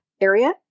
area